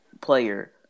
player